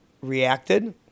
reacted